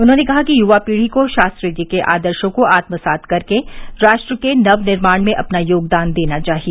उन्होंने कहा कि युवा पीढ़ी को शास्त्री जी के आदर्शो को आत्मसात कर राष्ट्र के नव निर्माण में अपना योगदान देना चाहिए